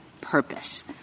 purpose